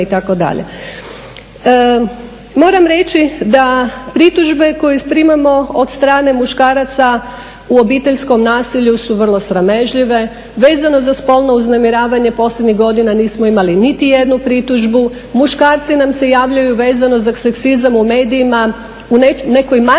Moram reći da pritužbe koje primamo od strane muškaraca u obiteljskom nasilju su vrlo sramežljive, vezano za spolno uznemiravanje posljednjih godina nismo imali niti jednu pritužbu. Muškarci nam se javljaju vezano za seksizam u medijima u nekoj manjoj